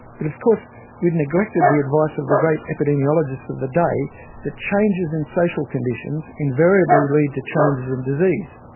but of course we had neglected the advice of the great epidemiologists of the day that changes in social conditions, invariably lead to changes in disease.